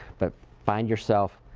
but find yourself,